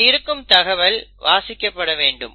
இதில் இருக்கும் தகவல் வாசிக்கப்பட வேண்டும்